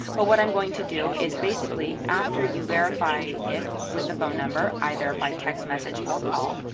but what i'm going to do is basically, after you verify it with the phone number, either by text message or call,